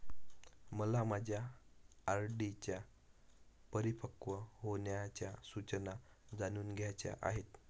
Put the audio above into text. मला माझ्या आर.डी च्या परिपक्व होण्याच्या सूचना जाणून घ्यायच्या आहेत